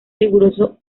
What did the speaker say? riguroso